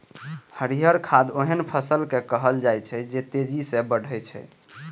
हरियर खाद ओहन फसल कें कहल जाइ छै, जे तेजी सं बढ़ै छै